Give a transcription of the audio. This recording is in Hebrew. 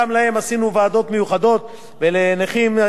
ולנכים ירדנו עד גיל 65,